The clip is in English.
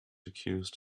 accused